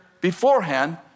beforehand